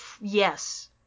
yes